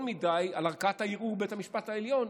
מדי על ערכאת הערעור בבית המשפט העליון,